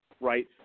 right